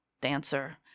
dancer